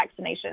vaccinations